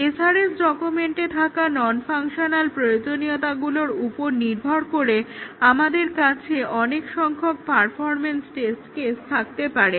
Slide Time 2157 SRS ডকুমেন্টে থাকা non functional প্রয়োজনীয়তাগুলোর উপর নির্ভর করে আমাদের কাছে অনেক সংখ্যক পারফরম্যান্স টেস্ট কেস থাকতে পারে